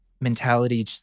mentality